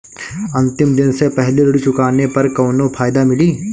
अंतिम दिन से पहले ऋण चुकाने पर कौनो फायदा मिली?